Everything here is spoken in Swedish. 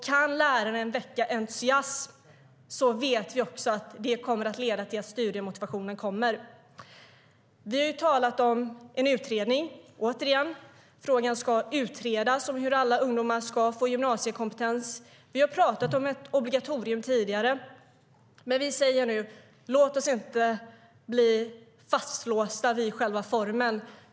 Kan läraren väcka entusiasm vet vi också att det leder till att studiemotivationen kommer. Vi har talat om en utredning. Frågan om hur alla ungdomar ska få gymnasiekompetens ska utredas. Vi har talat om ett obligatorium tidigare, men vi säger nu: Låt oss inte bli fastlåsta vid själva formen!